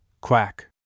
Quack